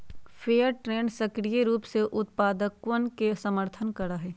fair trade सक्रिय रूप से उत्पादकवन के समर्थन करा हई